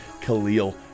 Khalil